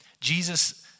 Jesus